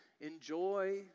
enjoy